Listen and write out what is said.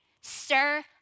stir